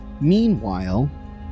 meanwhile